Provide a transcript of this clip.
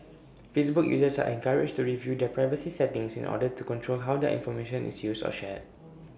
Facebook users are encouraged to review their privacy settings in order to control how their information is used or shared